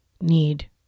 need